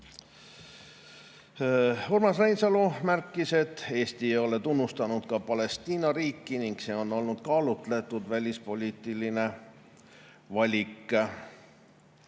Urmas Reinsalu märkis, et Eesti ei ole tunnustanud ka Palestiina riiki ning see on olnud kaalutletud välispoliitiline valik.